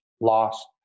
lost